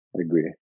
agree